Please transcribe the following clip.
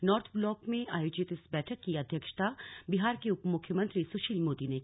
north Block में आयोजित इस बैठक की अध्यक्षता बिहार के उपमुख्यमंत्री सुशील मोदी ने की